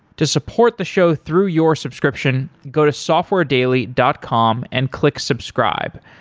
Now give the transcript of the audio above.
to support the show through your subscription, go to softwaredaily dot com and click subscribe.